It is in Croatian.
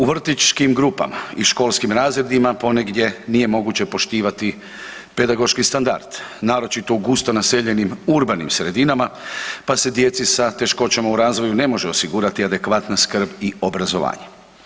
U vrtićkim grupama i školskim razredima ponegdje nije moguće poštivati pedagoški standard, naročito u gusto naseljenim urbanim sredinama pa se djeci sa teškoćama u razvoju ne može osigurati adekvatna skrb i obrazovanje.